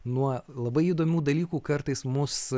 nuo labai įdomių dalykų kartais mus